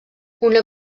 una